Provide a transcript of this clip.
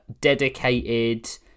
dedicated